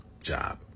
job